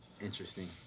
Interesting